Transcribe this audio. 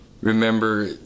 remember